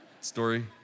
story